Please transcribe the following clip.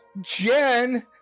Jen